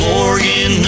Morgan